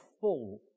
full